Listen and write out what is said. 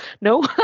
no